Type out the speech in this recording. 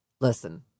Listen